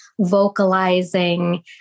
vocalizing